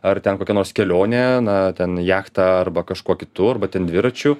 ar ten kokia nors kelionė na ten jachta arba kažkuo kitu arba ten dviračiu